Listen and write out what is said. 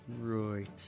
Right